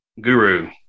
guru